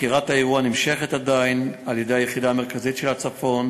חקירת האירוע נמשכת עדיין על-ידי היחידה המרכזית של הצפון.